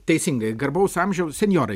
teisingai garbaus amžiaus senjorai